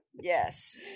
yes